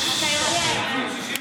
אתה יודע את זה.